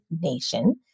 Nation